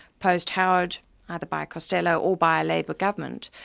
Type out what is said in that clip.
post-howard, either by costello or by a labor government,